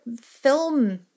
film